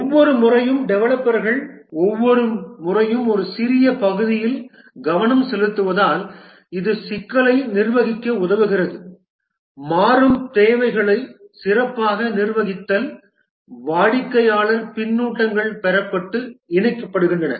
ஒவ்வொரு முறையும் டெவலப்பர்கள் ஒவ்வொரு முறையும் ஒரு சிறிய பகுதியில் கவனம் செலுத்துவதால் இது சிக்கலை நிர்வகிக்க உதவுகிறது மாறும் தேவைகளை சிறப்பாக நிர்வகித்தல் வாடிக்கையாளர் பின்னூட்டங்கள் பெறப்பட்டு இணைக்கப்படுகின்றன